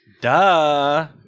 Duh